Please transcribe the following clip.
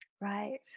Right